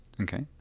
Okay